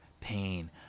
pain